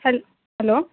ಹಲ್ hello